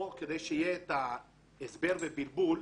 כדי שיהיה הסבר ובלבול,